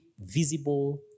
visible